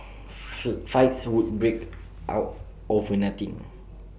fights would break out over nothing